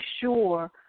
sure